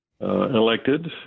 elected